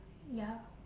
ya